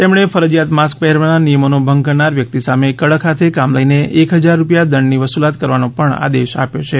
તેમણે ફરજીયાત માસ્ક પહેરવાના નિયમોનો ભંગ કરનાર વ્યક્તિ સામે કડક હાથે કામ લઇને એક ફજાર રૂપિયા દંડની વસુલાત કરવાનો પણ આદેશ આપ્યો છે